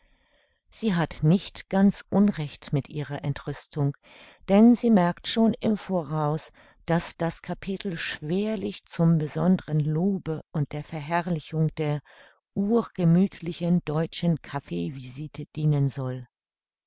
sie hat nicht ganz unrecht mit ihrer entrüstung denn sie merkt schon im voraus daß das kapitel schwerlich zum besondren lobe und der verherrlichung der urgemüthlichen deutschen kaffeevisite dienen soll